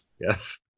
Yes